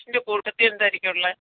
അതിൻ്റെ കൂട്ടത്തിൽ എന്തായിരിക്കും ഉള്ളത്